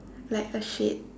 like a shade